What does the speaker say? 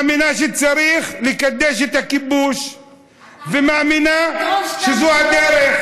מאמינה שצריך לקדש את הכיבוש ומאמינה שזאת הדרך.